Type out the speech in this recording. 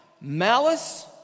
malice